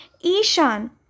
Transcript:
Ishan